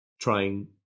trying